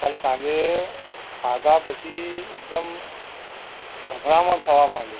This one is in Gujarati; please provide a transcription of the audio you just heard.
કાલ સાંજે ખાધા પછી એકદમ ગભરામણ થવા માંડી